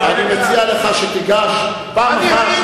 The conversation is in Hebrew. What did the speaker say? אני מציע לך שתיגש פעם אחת,